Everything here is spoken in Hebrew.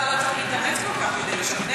במפרץ חיפה לא צריך להתאמץ כל כך בשביל לשכנע,